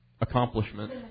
accomplishment